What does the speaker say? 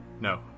No